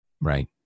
Right